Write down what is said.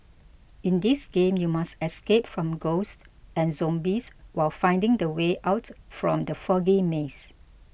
in this game you must escape from ghosts and zombies while finding the way out from the foggy maze